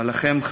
אבל לכם,